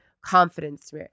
confidence